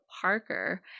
Parker